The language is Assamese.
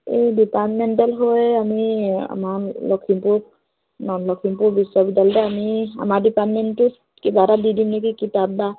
এই ডিপাৰ্টমেণ্টেল হৈ আমি আমাৰ লখিমপুৰ লখিমপুৰ বিশ্ববিদ্যালয়তে আমি আমাৰ ডিপাৰ্টমেণ্টোত কিবা এটা দি দিম নেকি কিতাপ বা